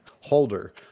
holder